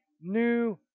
new